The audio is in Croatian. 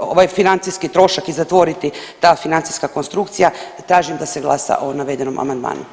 ovaj financijski trošak i zatvoriti ta financijska konstrukcija, tražim da se glasa o navedenom amandmanu.